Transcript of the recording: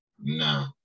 no